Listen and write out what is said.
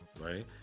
right